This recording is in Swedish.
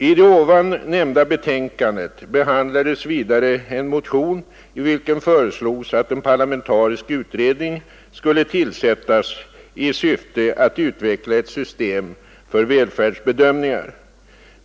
I det nämnda betänkandet behandlades vidare en motion i vilken föreslogs att en parlamentarisk utredning skulle tillsättas i syfte att utveckla ett system för välfärdsbedömningar.